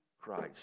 Christ